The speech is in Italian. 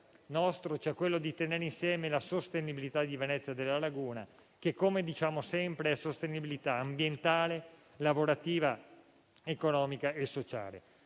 dev'essere quello di tenere insieme la sostenibilità di Venezia e della laguna, che come diciamo sempre, è sostenibilità ambientale, lavorativa, economica e sociale.